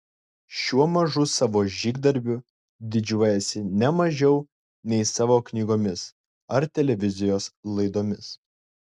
šiuo mažu savo žygdarbiu didžiuojuosi ne mažiau nei savo knygomis ar televizijos laidomis